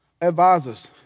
advisors